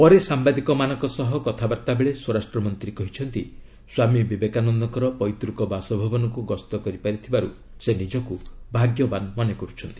ପରେ ସାମ୍ବାଦିକମାନଙ୍କ ସହ କଥାବାର୍ଭାବେଳେ ସ୍ୱରାଷ୍ଟ୍ର ମନ୍ତ୍ରୀ କହିଛନ୍ତି ସ୍ୱାମୀ ବିବେକାନନ୍ଦଙ୍କର ପୈତୃକ ବାସଭବନକୁ ଗସ୍ତ କରିଥିବାରୁ ସେ ନିଜକୁ ଭାଗ୍ୟବାନ୍ ମନେ କରୁଛନ୍ତି